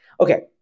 Okay